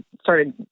started